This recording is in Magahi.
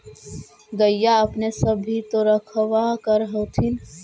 गईया अपने सब भी तो रखबा कर होत्थिन?